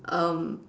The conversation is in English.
um